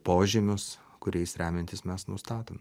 požymius kuriais remiantis mes nustatom